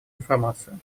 информацию